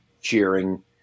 cheering